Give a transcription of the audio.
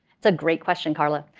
a great question, carla.